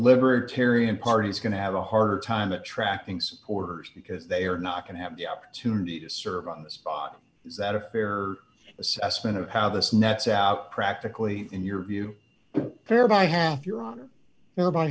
libertarian party is going to have a harder time attracting supporters because they are not going to have the opportunity to serve on the spot is that a fair assessment of how this nets out practically in your view and thereby have your on